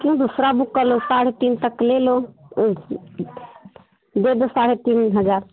क्यों दूसरा बुक कर लो साढ़े तीन तक ले लो दे दो साढ़े तीन हज़ार